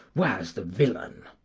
where's the villain?